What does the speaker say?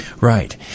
Right